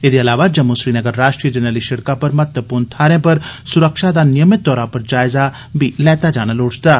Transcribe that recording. एह्दे अलावा जम्मू श्रीनगर राश्ट्री जरनैली सिड़कै पर महत्वपूर्ण थाहरें उप्पर सुरक्षा दा नियमित तौर पर जायजा बी लैता जाना लोड़चदा ऐ